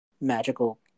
magical